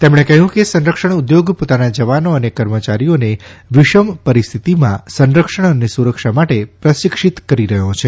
તેમણે કહ્યું કે સંરક્ષણ ઉદ્યોગ પોતાના જવાનો અને કર્મચારીઓને વિષમ પરિસ્થિતિમાં સંરક્ષણ અને સુરક્ષા માટે પ્રશિક્ષિત કરી રહ્યો છે